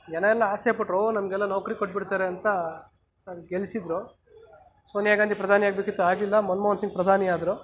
ಜನ ಎಲ್ಲ ಆಸೆ ಪಟ್ಟರು ಓಹ್ ನಮಗೆಲ್ಲ ನೌಕರಿ ಕೊಟ್ಟು ಬಿಡ್ತಾರೆ ಅಂತ ಗೆಲ್ಲಿಸಿದ್ರು ಸೋನಿಯಾ ಗಾಂಧಿ ಪ್ರಧಾನಿಯಾಗಬೇಕಿತ್ತು ಆಗಲಿಲ್ಲ ಮನಮೋಹನ್ ಸಿಂಗ್ ಪ್ರಧಾನಿಯಾದರು